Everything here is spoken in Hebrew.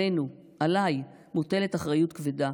עלינו, עליי, מוטלת אחריות כבדה.